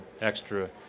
extra